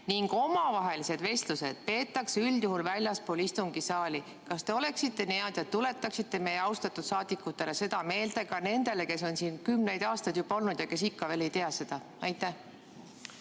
ning omavahelised vestlused peetakse üldjuhul väljaspool istungisaali. Kas te oleksite nii hea ja tuletaksite meie austatud saadikutele seda meelde? Ka nendele, kes on siin kümneid aastaid juba olnud ja kes ikka veel seda ei